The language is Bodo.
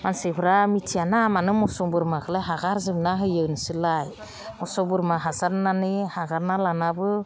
मानसिफोरा मिथियाना मानो मोसौ बोरमाखौलाय हगारजोबना होयो नोंसोरलाय मोसौ बोरमा होसारनानै हगारना लानाबो